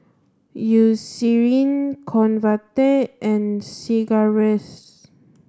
Eucerin Convatec and Sigvaris